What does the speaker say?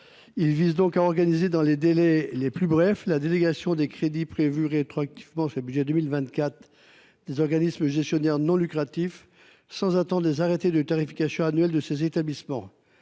Il vise donc à organiser dans les délais les plus brefs la délégation des crédits prévus rétroactivement sur le budget 2024 des organismes gestionnaires non lucratifs, sans attendre les arrêtés de tarification annuelle de ces établissements.